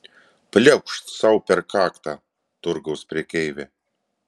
pliaukšt sau per kaktą turgaus prekeivė